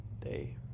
day